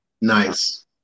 Nice